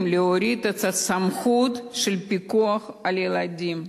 להוריד את הסמכות של הפיקוח על הילדים?